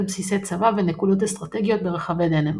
בסיסי צבא ונקודות אסטרטגיות ברחבי דנמרק.